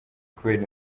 kubera